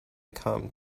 come